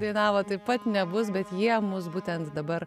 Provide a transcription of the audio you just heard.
dainavo taip pat nebus bet jie mus būtent dabar